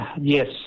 Yes